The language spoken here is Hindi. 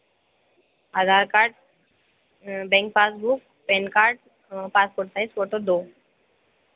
आधार card bank passbook PAN card passport size photo दो